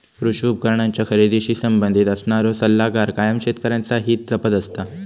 कृषी उपकरणांच्या खरेदीशी संबंधित असणारो सल्लागार कायम शेतकऱ्यांचा हित जपत असता